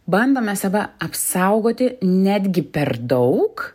bandome save apsaugoti netgi per daug